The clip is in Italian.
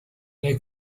nei